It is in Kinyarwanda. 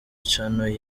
channel